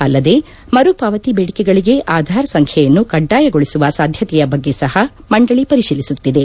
ಅಲ್ಲದೆ ಮರು ಪಾವತಿ ಬೇಡಿಕೆಗಳಿಗೆ ಆಧಾರ್ ಸಂಖ್ನೆಯನ್ನು ಕಡ್ಡಾಯಗೊಳಿಸುವ ಸಾಧ್ಯತೆಯ ಬಗ್ಗೆ ಸಹ ಮಂಡಳಿ ಪರಿಶೀಲಿಸುತ್ತಿದೆ